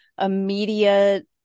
immediate